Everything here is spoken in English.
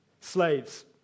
Slaves